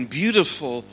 beautiful